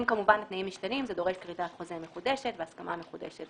אם התנאים משתנים זה דורש כמובן כריתת חוזה מחודשת והסכמה מחודשת.